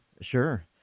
sure